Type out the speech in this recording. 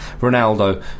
Ronaldo